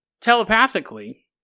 telepathically